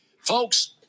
folks